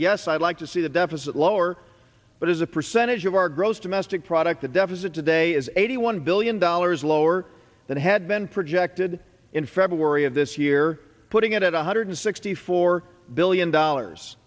yes i'd like to see the deficit lower but as a percentage of our gross domestic product the deficit today is eighty one billion dollars lower than it had been projected in february of this year putting it at one hundred sixty four billion dollars